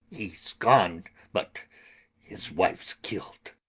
he's gone, but his wife's kill'd.